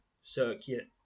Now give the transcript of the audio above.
circuit